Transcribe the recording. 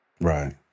right